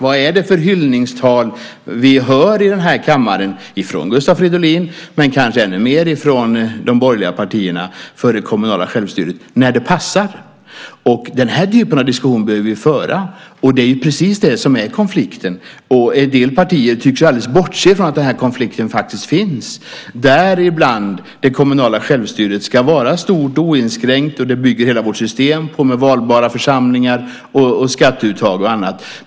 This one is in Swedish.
Vad är det för hyllningstal vi hör i den här kammaren från Gustav Fridolin, men kanske ännu mer från de borgerliga partierna, för det kommunala självstyret, när det passar? Den här typen diskussion behöver vi föra. Det är precis det som är konflikten. En del partier tycks alldeles bortse från den konflikten faktiskt finns. Det kommunala självstyret ska ibland vara stort och oinskränkt. Det bygger hela vårt system på med valbara församlingar, skatteuttag och annat.